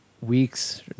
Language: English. weeks